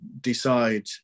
decide